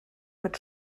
mit